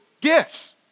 gifts